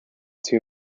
two